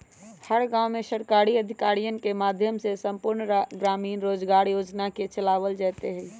हर गांव में सरकारी अधिकारियन के माध्यम से संपूर्ण ग्रामीण रोजगार योजना के चलावल जयते हई